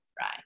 right